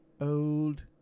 old